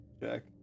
Check